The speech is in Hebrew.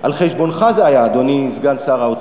על חשבונך זה היה, אדוני סגן שר האוצר.